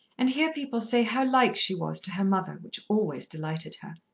and hear people say how like she was to her mother, which always delighted her.